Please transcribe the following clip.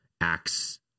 acts